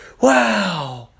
wow